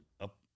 up